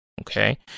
Okay